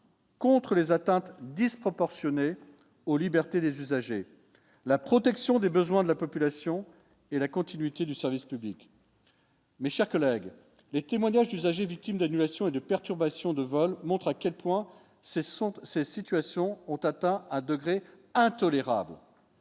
Contre les atteintes disproportionnées aux libertés des usagers, la protection des besoins de la population et la continuité du service public. Mes chers collègues, les témoignages d'usagers victimes d'annulations et de perturbations de vol montre à quel point. Ce sont ces situations ont atteint à degré intolérable.